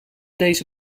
deze